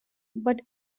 but